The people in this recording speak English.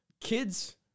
kids